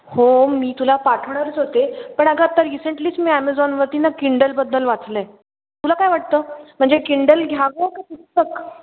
हो मी तुला पाठवणारच होते पण अगं आता रिसेंटलीच मी ॲमेझॉनवरती ना किंडलबद्दल वाचलं आहे तुला काय वाटतं म्हणजे किंडल घ्यावं का पुस्तक